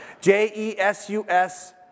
J-E-S-U-S